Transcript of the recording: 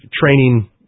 training